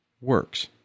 works